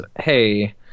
Hey